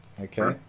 Okay